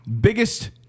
Biggest